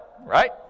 Right